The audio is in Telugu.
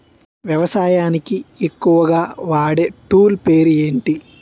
వ్యవసాయానికి ఎక్కువుగా వాడే టూల్ పేరు ఏంటి?